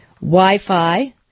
Wi-Fi